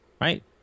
right